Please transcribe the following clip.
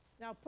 Now